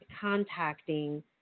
contacting